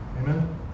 Amen